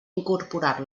incorporar